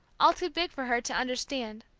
all too big for her to understand.